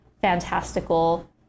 fantastical